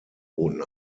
boten